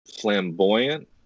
flamboyant